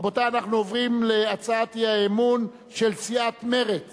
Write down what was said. רבותי, אנחנו עוברים להצעת האי-אמון של סיעת מרצ